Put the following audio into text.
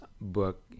book